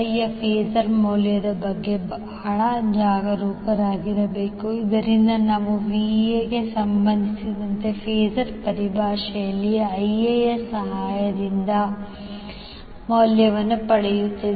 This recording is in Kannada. ಯ ಫಾಸರ್ ಮೌಲ್ಯದ ಬಗ್ಗೆ ಬಹಳ ಜಾಗರೂಕರಾಗಿರಬೇಕು ಇದರಿಂದಾಗಿ ನಾವು Va ಗೆ ಸಂಬಂಧಿಸಿದಂತೆ ಫಾಸರ್ ಪರಿಭಾಷೆಯಲ್ಲಿ Iaಯ ಸರಿಯಾದ ಮೌಲ್ಯವನ್ನು ಪಡೆಯುತ್ತೇವೆ